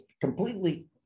completely